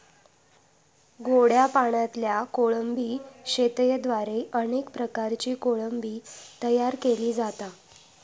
गोड्या पाणयातल्या कोळंबी शेतयेद्वारे अनेक प्रकारची कोळंबी तयार केली जाता